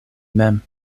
mem